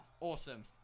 awesome